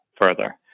further